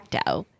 out